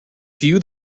view